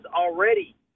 already